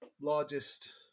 largest